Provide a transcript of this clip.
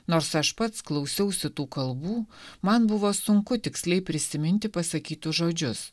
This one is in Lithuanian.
nors aš pats klausiausi tų kalbų man buvo sunku tiksliai prisiminti pasakytus žodžius